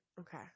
Okay